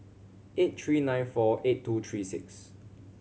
eight three nine four eight two three six